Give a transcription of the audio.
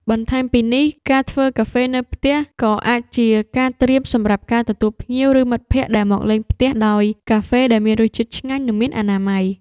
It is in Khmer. បន្ថែមពីនេះ ការធ្វើកាហ្វេនៅផ្ទះ ក៏អាចជាការត្រៀមសម្រាប់ការទទួលភ្ញៀវ ឬមិត្តភក្តិដែលមកលេងផ្ទះដោយកាហ្វេដែលមានរសជាតិឆ្ងាញ់ និងមានអនាម័យ។